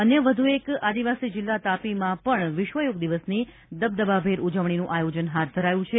અન્ય વધુ એક આદીવાસી જિલ્લા તાપીમાં પણ વિશ્વ યોગ દિવસની દબદબાભેર ઉજવણીનું આયોજન હાથ ધરાયું છે